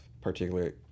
particularly